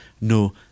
no